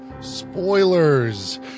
spoilers